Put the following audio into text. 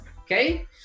okay